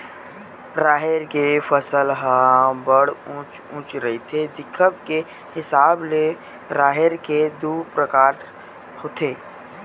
राहेर के फसल ह बड़ उँच उँच रहिथे, दिखब के हिसाब ले राहेर के दू परकार होथे